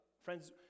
Friends